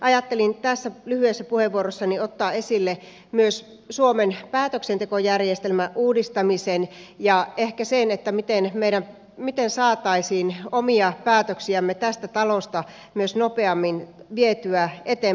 ajattelin tässä lyhyessä puheenvuorossani ottaa esille myös suomen päätöksentekojärjestelmän uudistamisen ja ehkä sen miten saataisiin omia päätöksiämme tästä talosta myös nopeammin vietyä eteenpäin käytäntöön